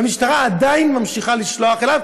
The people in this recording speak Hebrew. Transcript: והמשטרה עדיין ממשיכה לשלוח אליו,